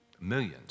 millions